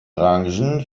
branchen